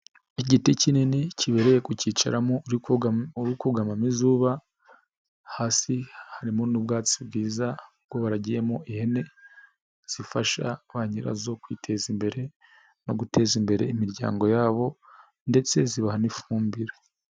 Igiti kinini kibereye kucyicaramo uri kugamamo izuba, hasi harimo n'ubwatsi bwiza kuko baragiye mo ihene, zifasha ba nyirazo kwiteza imbere no guteza imbere imiryango yabo ndetse zibaha n'ifumbire.